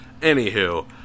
Anywho